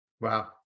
Wow